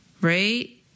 right